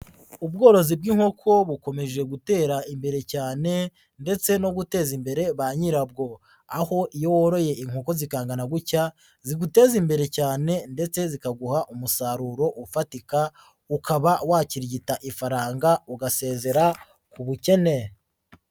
Ubworozi bw'inkoko bukomeje gutera imbere cyane ndetse no guteza imbere ba nyirabwo. Aho iyo woroye inkoko zikangana gutya, ziguteza imbere cyane ndetse zikaguha umusaruro ufatika, ukaba wakirigita ifaranga, ugasezera ku bukene.